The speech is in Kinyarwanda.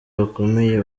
bakomeye